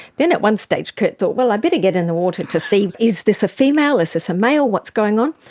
then at one stage curt thought, well, i'd better but get in the water to see is this a female, is this a male, what's going on?